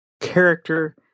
character